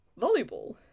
volleyball